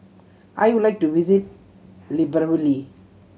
I would like to visit Libreville